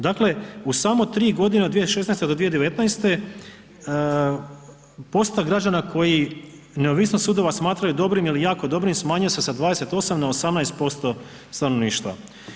Dakle u samo 3 godine od 2016. do 2019. posto građana koji neovisnost sudova smatraju dobrim ili jako dobrim smanjio se sa 28 na 18% stanovništva.